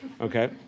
okay